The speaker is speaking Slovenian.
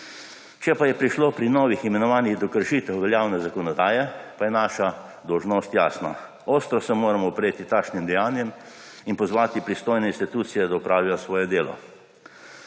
Če pa je prišlo pri novih imenovanjih do kršitev veljavne zakonodaje, pa je naša dolžnost jasna − ostro se moramo upreti takšnih dejanjem in pozvati pristojne institucije, da opravijo svoje delo.